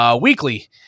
weekly